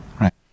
Right